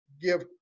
give